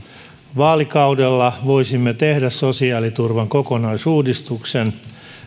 vaalikaudella voisimme tehdä sosiaaliturvan kokonaisuudistuksen